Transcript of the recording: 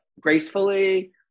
gracefully